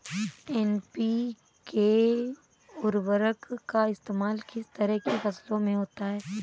NPK उर्वरक का इस्तेमाल किस तरह की फसलों में होता है?